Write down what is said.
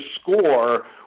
score